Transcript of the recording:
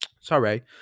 Sorry